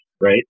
right